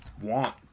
want